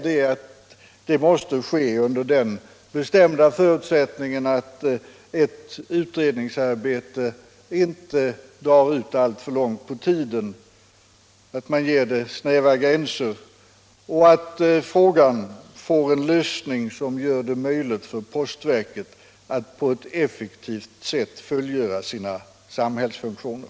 Men det måste ske under de bestämda förutsättningarna att ett utredningsarbete inte drar ut alltför långt på tiden, att det ges snäva gränser och att frågan får en lösning som gör det möjligt för postverket att på effektivt sätt fullgöra sina samhällsfunktioner.